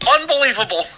Unbelievable